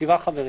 שבעה חברים.